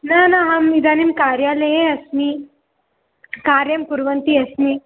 न न अहम् इदानीं कार्यालये अस्मि कार्यं कुर्वन्ती अस्मि